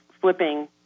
flipping